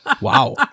wow